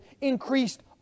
increased